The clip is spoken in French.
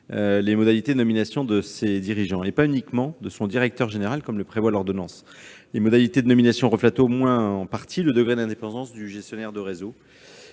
les modalités de nomination de ses dirigeants, et pas uniquement de son directeur général comme le prévoit l'ordonnance. Les modalités de nomination reflètent, au moins en partie, le degré d'indépendance du gestionnaire de réseau